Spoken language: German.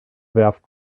werft